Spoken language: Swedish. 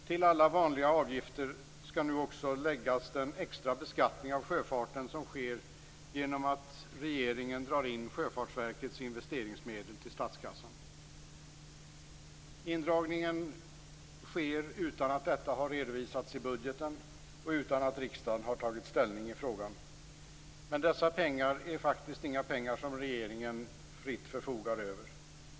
Till alla vanliga avgifter skall nu också läggas den extra beskattning av sjöfarten som sker genom att regeringen drar in Sjöfartsverkets investeringsmedel till statskassan. Indragningen sker utan att detta har redovisats i budgeten och utan att riksdagen har tagit ställning i frågan. Men dessa pengar är faktiskt inga pengar som regeringen fritt förfogar över.